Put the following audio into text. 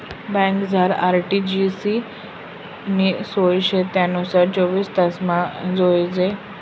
बँकमझार आर.टी.जी.एस नी सोय शे त्यानामुये चोवीस तासमा जोइजे त्याले पैसा धाडता येतस